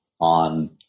on